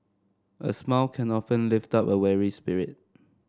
a smile can often lift up a weary spirit